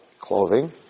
clothing